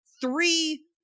three